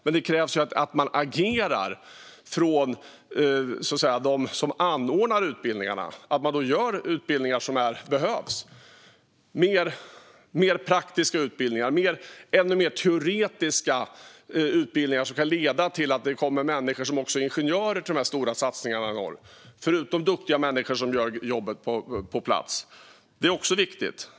Men det krävs ju att utbildningsanordnarna agerar och tar fram utbildningar som behövs - mer praktiska utbildningar och ännu mer teoretiska utbildningar som kan leda till att det också kommer ingenjörer till de stora satsningarna i norr förutom de duktiga människor som gör jobbet på plats. Det är också viktigt.